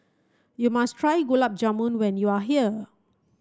you must try Gulab Jamun when you are here